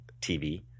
TV